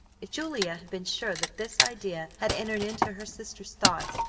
if julia had been sure that this idea had entered into her sister's thoughts,